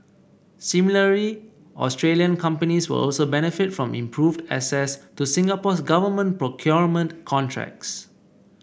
similarly Australian companies will also benefit from improved access to Singapore's government procurement contracts